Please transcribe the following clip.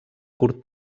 curt